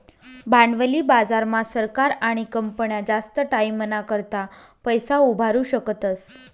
भांडवली बाजार मा सरकार आणि कंपन्या जास्त टाईमना करता पैसा उभारु शकतस